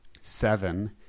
Seven